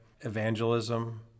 evangelism